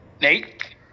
Nate